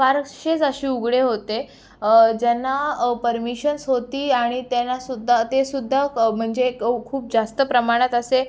फारसेच असे उघडे होते ज्यांना पर्मिशन्स होती आणि त्यांना सुद्धा ते सुद्धा म्हणजे खूप जास्त प्रमाणात असे